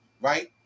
right